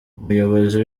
umuyobozi